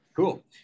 Cool